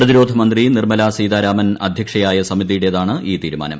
പ്രതിരോധമന്ത്രി നിർമ്മല സീതാരാമൻ അധ്യക്ഷയായ സമിതിയുടേതാണ് ഈ തീരുമാനം